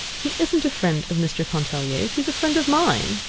he isn't a friend of mr. pontellier's he's a friend of mine.